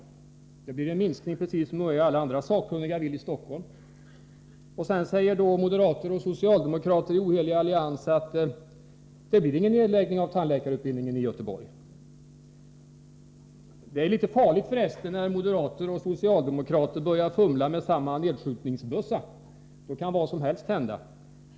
Det blir en minskning i Stockholm i stället. Det blir heller ingen nedläggning av tandläkarutbildningen i Göteborg. Men farligt blir det när moderater och socialdemokrater börjar fumla med samma nedskjutningsbössa. Då kan vad som helst hända.